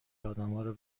آدمهارو